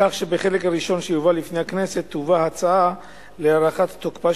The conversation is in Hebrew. כך שבחלק הראשון שיובא לפני הכנסת תובא הצעה להארכת תוקפה